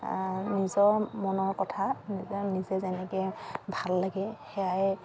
নিজৰ মনৰ কথা তেওঁ নিজে যেনেকৈ ভাল লাগে সেয়াই